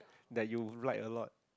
that you write a lot